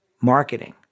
marketing